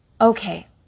Okay